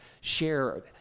share